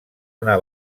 una